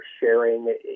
sharing